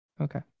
Okay